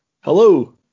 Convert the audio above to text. Hello